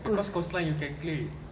because coastline you can clean